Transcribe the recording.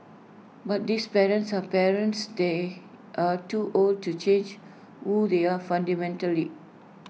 but this parents are parents they are too old to change who they are fundamentally